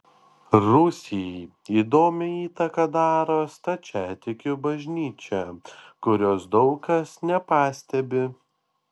rusijai įdomią įtaką daro stačiatikių bažnyčia kurios daug kas nepastebi